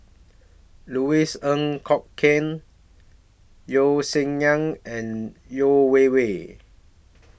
Louis Ng Kok Kwang Yeo Song Nian and Yeo Wei Wei